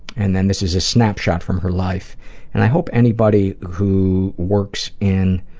and then, this is a snapshot from her life and i hope anybody who works in